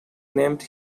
named